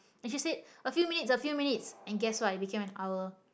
and she said a few minutes a few minutes and guess what it became an hour